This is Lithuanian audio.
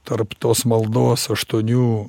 tarp tos maldos aštuonių